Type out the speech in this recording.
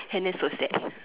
and that's so sad